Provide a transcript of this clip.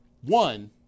one